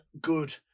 good